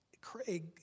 Craig